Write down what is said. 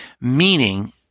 meaning